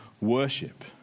worship